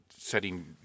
setting